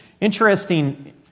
interesting